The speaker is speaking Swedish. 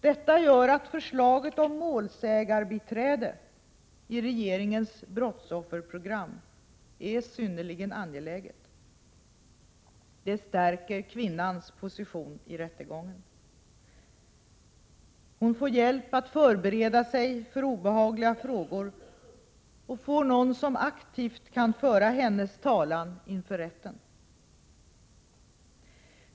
Detta gör att förslaget om målsägandebiträde i regeringens brottsofferprogram är synnerligen angeläget. Det stärker kvinnans position i rättegången. Hon får hjälp att förbereda sig för obehagliga frågor och får någon som aktivt kan föra hennes talan inför rätten.